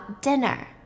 dinner